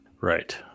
Right